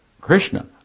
Krishna